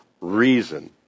reason